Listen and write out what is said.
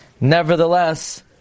nevertheless